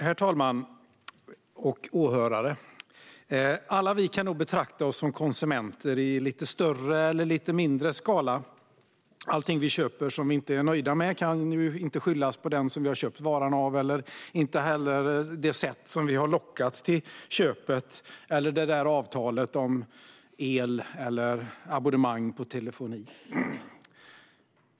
Herr talman! Åhörare! Alla vi kan nog betrakta oss som konsumenter i lite större eller lite mindre skala. Alla köp som vi inte är nöjda med kan ju inte skyllas på den som vi har köpt varan av. Vi kan inte heller alltid skylla på det sätt på vilket vi lockats till ett köp eller ett avtal om exempelvis el eller abonnemang på telefoni.